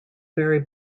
very